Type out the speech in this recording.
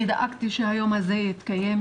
אני דאגתי שהיום הזה יתקיים,